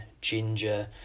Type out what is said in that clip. ginger